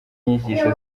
inyigisho